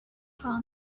call